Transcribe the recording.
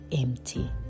empty